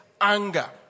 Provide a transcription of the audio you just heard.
anger